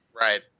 Right